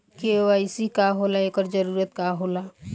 KYC का होला एकर जरूरत का होला?